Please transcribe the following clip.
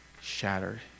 shattered